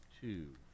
two